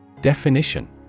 Definition